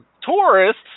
tourists